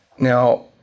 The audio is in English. Now